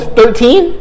Thirteen